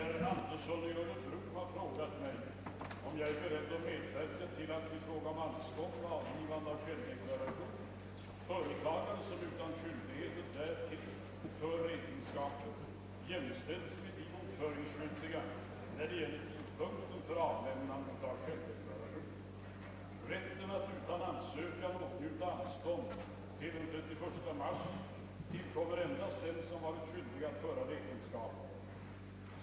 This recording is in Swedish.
Herr talman! Herr Andersson i öÖrebro har frågat mig om jag är beredd medverka till att — i fråga om anstånd med avgivande av självdeklaration — företagare, som utan skyldighet därtill för räkenskaper, jämställs med de bokföringsskyldiga när det gäller tidpunkten för avlämnande av självdeklaration. Rätten att utan ansökan åtnjuta anstånd till den 31 mars tillkommer endast den som varit skyldig att föra räkenskaper.